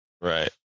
Right